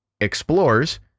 explores